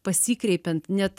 pasikreipiant net